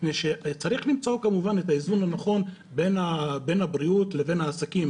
צריך למצוא כמובן את האיזון הנכון בין הבריאות לבין העסקים,